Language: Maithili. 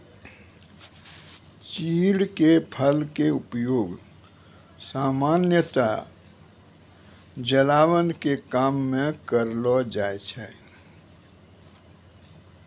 चीड़ के फल के उपयोग सामान्यतया जलावन के काम मॅ करलो जाय छै